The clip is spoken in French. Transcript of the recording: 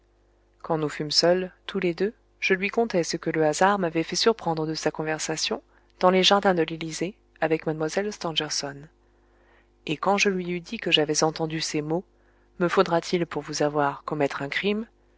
quand nous fûmes seuls tous les deux je lui contai ce que le hasard m'avait fait surprendre de sa conversation dans les jardins de l'élysée avec mlle stangerson et quand je lui eus dit que j'avais entendu ces mots me faudra-t-il pour vous avoir commettre un crime